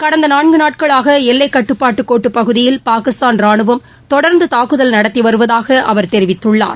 கடந்த நான்கு நாட்களாக எல்லைக்கட்டுப்பாட்டுக் கோட்டுப் பகுதியில் பாகிஸ்தான் ரானுவம் தொடர்ந்து தாக்குதல் நடத்தி வருவதாக அவர் தெரிவித்துள்ளார்